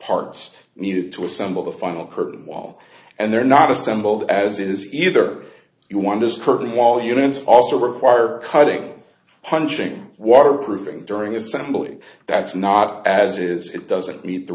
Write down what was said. parts needed to assemble the final curtain wall and they're not assembled as it is either you want to skirt the wall units also require cutting hunching waterproofing during assembly that's not as it is it doesn't meet the